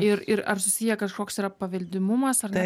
ir ir ar susiję kažkoks yra paveldimumas ar ne